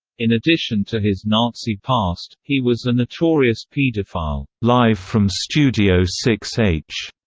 in addition to his nazi past, he was a notorious paedophile. live from studio six h